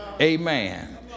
Amen